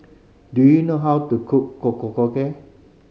do you know how to cook